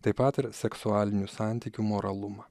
taip pat ir seksualinių santykių moralumą